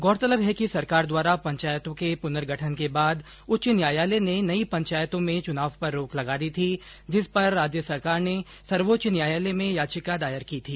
गौरतलब है कि सरकार द्वारा पंचायतों के पुनर्गठन के बाद उच्च न्यायालय ने नई पंचायतों में चुनाव पर रोक लगा दी थी जिस पर राज्य सरकार ने सर्वोच्च न्यायालय में याचिका दायर की थी